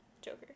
Joker